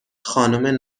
خانم